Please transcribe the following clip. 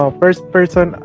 first-person